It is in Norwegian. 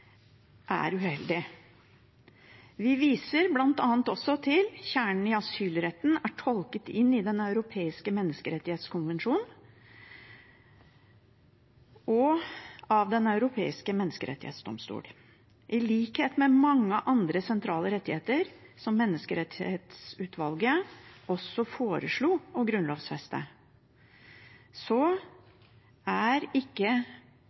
Vi viser bl.a. til at kjernen i asylretten er tolket inn i Den europeiske menneskerettskonvensjon og Den europeiske menneskerettsdomstol. I likhet med mange andre sentrale rettigheter, som menneskerettighetsutvalget også foreslo å grunnlovfeste, er ikke